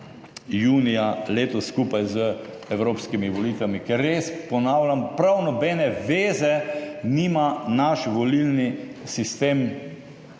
Junija letos skupaj z evropskimi volitvami. Ker res ponavljam, prav nobene veze nima naš volilni sistem